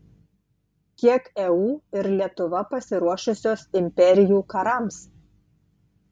kiek eu ir lietuva pasiruošusios imperijų karams